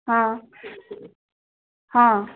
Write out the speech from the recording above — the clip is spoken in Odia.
ହଁ ହଁ